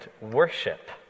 worship